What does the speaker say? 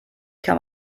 kann